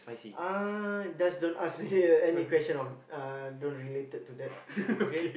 uh just don't ask me any question on uh don't related to that okay